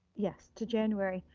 yes, to january.